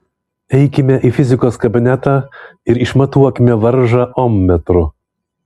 eikime į fizikos kabinetą ir išmatuokime varžą ommetru